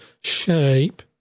shape